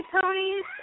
ponies